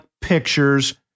pictures